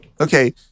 Okay